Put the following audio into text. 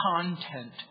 content